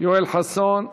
יואל חסון?